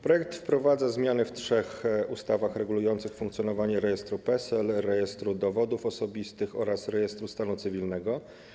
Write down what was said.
Projekt wprowadza zmiany w trzech ustawach regulujących funkcjonowanie rejestru PESEL, Rejestru Dowodów Osobistych oraz rejestru stanu cywilnego.